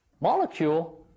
molecule